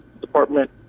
Department